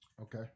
okay